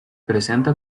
presenta